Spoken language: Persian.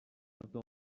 دام